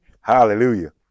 hallelujah